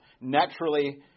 naturally